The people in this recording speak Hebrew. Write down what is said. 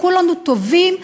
וכולנו טובים,